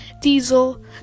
Diesel